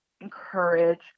encourage